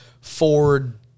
Ford